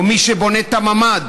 או מי שבונה את הממ"ד,